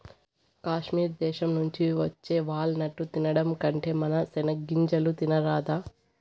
కాశ్మీర్ దేశం నుంచి వచ్చే వాల్ నట్టు తినడం కంటే మన సెనిగ్గింజలు తినరాదా